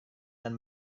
dan